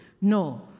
No